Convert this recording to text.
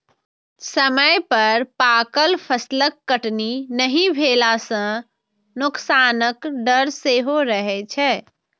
समय पर पाकल फसलक कटनी नहि भेला सं नोकसानक डर सेहो रहै छै